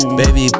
baby